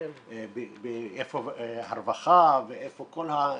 איפה הרווחה ואיפה כל הגורמים.